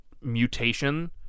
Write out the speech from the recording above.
mutation